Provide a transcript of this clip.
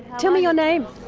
tell me your name.